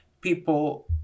people